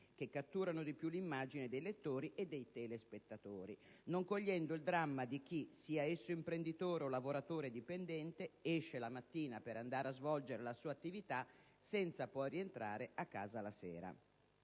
che catturano di più l'immagine dei lettori e dei telespettatori, non cogliendo il dramma di chi - sia esso imprenditore o lavoratore dipendente - esce di mattina per andare a svolgere la sua attività senza poi rientrare a casa la sera.